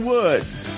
Woods